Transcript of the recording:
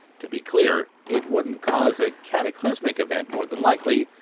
to be clear, it wouldn't cause a cataclysmic event more than likely.